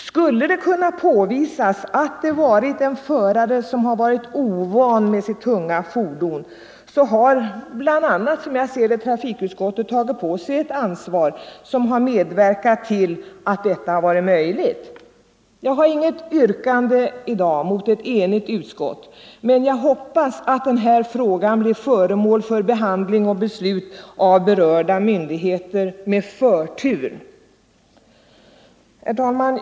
Skulle det kunna påvisas att en förare varit ovan vid sitt tunga fordon har, som jag ser det, bl.a. trafikutskottet — som har medverkat till nuvarande tillämpning av övergångsbestämmelserna — tagit på sig ett stort ansvar. Jag har inget yrkande i dag mot ett enigt utskott, men jag hoppas att den här frågan med förtur blir föremål för behandling och beslut av berörda myndigheter. Herr talman!